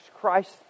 Christ